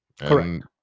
Correct